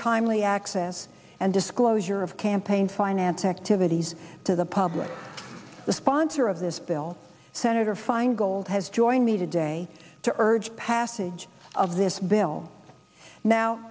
timely access and disclosure of campaign finance activities to the public the sponsor of this bill senator feingold has joined me today to urge passage of this bill now